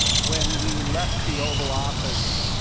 when we left the oval office,